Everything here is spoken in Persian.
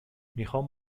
میخوام